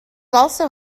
also